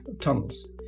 tunnels